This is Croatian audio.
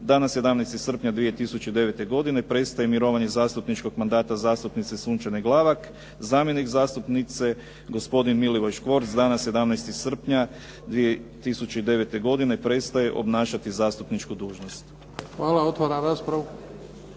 Dana 17. srpnja 2009. godine prestaje mirovanje zastupničkog mandata zastupnice Sunčane Glavak. Zamjenik zastupnike gospodin Milivoj Škvorc dana 17. srpnja 2009. godine prestaje obnašati zastupničku dužnost. **Bebić, Luka